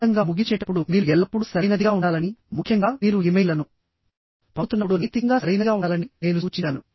మొత్తంగా ముగించేటప్పుడు మీరు ఎల్లప్పుడూ సరైనదిగా ఉండాలని ముఖ్యంగా మీరు ఇమెయిల్లను పంపుతున్నప్పుడు నైతికంగా సరైనదిగా ఉండాలని నేను సూచించాను